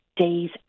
Days